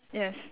yes